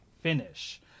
finish